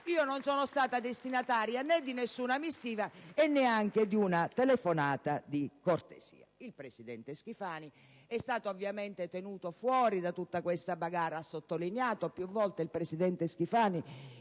Io non sono stata destinataria né di una missiva e neanche di una telefonata di cortesia. Il presidente Schifani è stato ovviamente tenuto fuori da tutta questa *bagarre*; ha sottolineato più volte, il presidente Schifani,